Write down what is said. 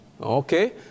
Okay